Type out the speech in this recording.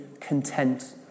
content